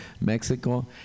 Mexico